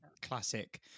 classic